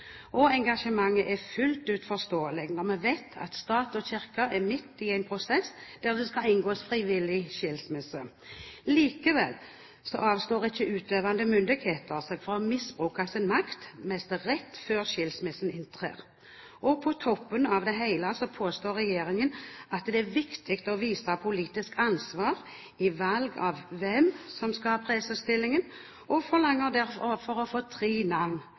mange. Engasjementet er fullt ut forståelig, når vi vet at stat og kirke er midt i en prosess der det skal inngås en frivillig «skilsmisse». Likevel avstår ikke utøvende myndigheter fra å misbruke sin makt nesten rett før skilsmissen inntrer, og på toppen av det hele påstår regjeringen at det er viktig å vise politisk ansvar i valg av hvem som skal ha presesstillingen, og forlanger derfor å få tre